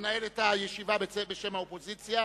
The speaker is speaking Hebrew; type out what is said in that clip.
המנהל את הישיבה בשם האופוזיציה,